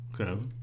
Okay